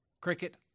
Cricket